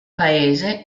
paese